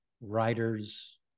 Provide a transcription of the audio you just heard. writers